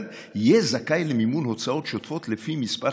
יהיה זכאי למימון הוצאות שוטפות לפי מספר